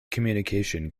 communication